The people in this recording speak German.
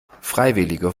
freiwillige